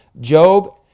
Job